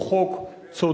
הוא חוק צודק,